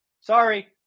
Sorry